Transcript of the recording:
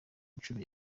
nshuro